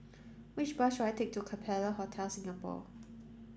which bus should I take to Capella Hotel Singapore